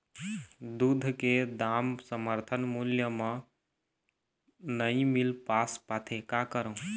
दूध के दाम समर्थन मूल्य म नई मील पास पाथे, का करों?